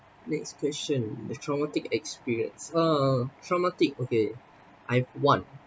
next question the traumatic experience oh traumatic okay I've one